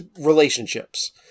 relationships